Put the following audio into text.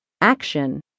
Action